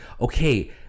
okay